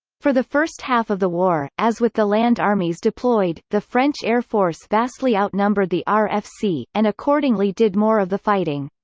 for the first half of the war, as with the land armies deployed, the french air force vastly outnumbered the rfc, and accordingly did more of the fighting.